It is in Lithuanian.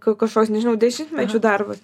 ka kažkoks nežinau dešimtmečių darbas